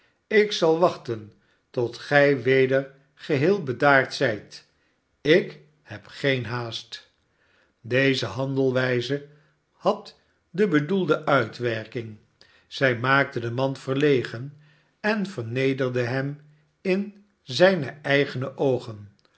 ik zal wachten tot gij weder geheel bedaard zijt ik heb geen haast deze handelwijze had de bedoelde uitwerking zij maakte den man verlegen en vernederde hem in zijne eigene oogen